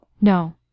No